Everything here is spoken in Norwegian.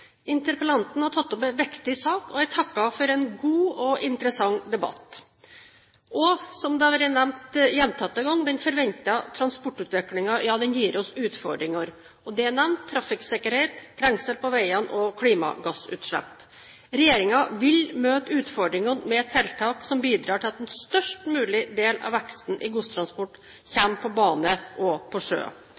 Interpellanten har tatt opp en viktig sak, og jeg takker for en god og interessant debatt. Og som det har vært nevnt gjentatte ganger: Den forventede transportutviklingen gir oss utfordringer. Det er nevnt trafikksikkerhet, trengsel på veiene og klimagassutslipp. Regjeringen vil møte utfordringen med tiltak som bidrar til at en størst mulig del av veksten i godstransporten kommer på bane og på sjø.